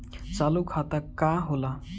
चालू खाता का होला?